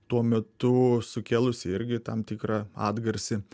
tuo metu sukėlusi irgi tam tikrą atgarsį